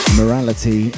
morality